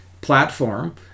platform